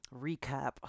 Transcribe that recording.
recap